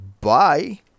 Bye